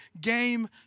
game